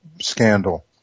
scandal